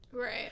Right